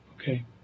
okay